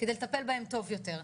כדי לטפל בהם טוב יותר,